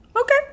Okay